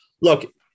look